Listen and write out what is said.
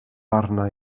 arna